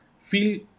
feel